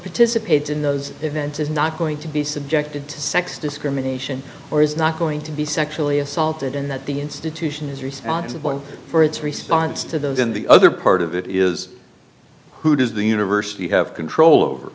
participates in those events is not going to be subjected to sex discrimination or is not going to be sexually assaulted and that the institution is responsible for its response to those in the other part of it is who does the university have control over